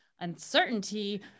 uncertainty